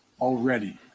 Already